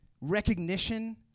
recognition